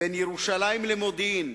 בין ירושלים למודיעין